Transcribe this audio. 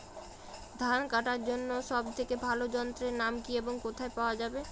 ধান কাটার জন্য সব থেকে ভালো যন্ত্রের নাম কি এবং কোথায় পাওয়া যাবে?